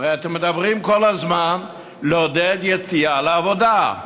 הרי אתם מדברים כל הזמן על לעודד יציאה לעבודה,